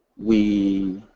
we